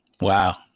Wow